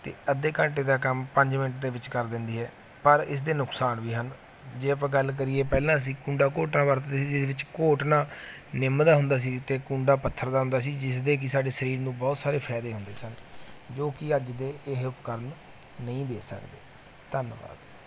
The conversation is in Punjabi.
ਅਤੇ ਅੱਧੇ ਘੰਟੇ ਦਾ ਕੰਮ ਪੰਜ ਮਿੰਟਾਂ ਦੇ ਵਿੱਚ ਕਰ ਦਿੰਦੀ ਹੈ ਪਰ ਇਸ ਦੇ ਨੁਕਸਾਨ ਵੀ ਹਨ ਜੇ ਆਪਾਂ ਗੱਲ ਕਰੀਏ ਪਹਿਲਾਂ ਅਸੀਂ ਕੂੰਡਾ ਘੋਟਣਾ ਵਰਤਦੇ ਸੀ ਜਿਹਦੇ ਵਿੱਚ ਘੋਟਣਾ ਨਿੰਮ ਦਾ ਹੁੰਦਾ ਸੀ ਅਤੇ ਕੂੰਡਾ ਪੱਥਰ ਦਾ ਹੁੰਦਾ ਸੀ ਜਿਸਦੇ ਕਿ ਸਾਡੇ ਸਰੀਰ ਨੂੰ ਬਹੁਤ ਸਾਰੇ ਫਾਇਦੇ ਹੁੰਦੇ ਸਨ ਜੋ ਕਿ ਅੱਜ ਦੇ ਇਹ ਉਪਕਰਨ ਨਹੀਂ ਦੇ ਸਕਦੇ ਧੰਨਵਾਦ